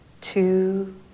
two